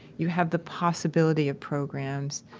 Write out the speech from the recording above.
you have the possibility of programs.